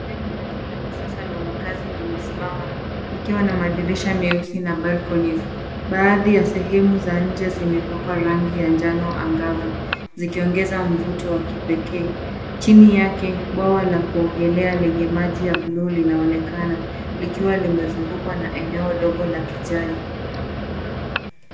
Jengo refu la kisasa la makazi limesimama likiwa na madirisha meusi na balconies . Baadhi ya sehemu za nje zimepakwa rangi ya njano angavu zikiongeza mvuto wa kipekee. Chini yake bwawa la kuogelea lenye maji ya buluu linaonekana likiwa limezungukwa na eneo ndogo la kijani.